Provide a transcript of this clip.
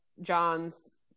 John's